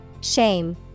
shame